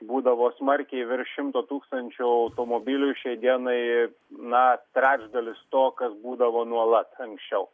būdavo smarkiai virš šimto tūkstančių automobilių šiai dienai na trečdalis to kas būdavo nuolat anksčiau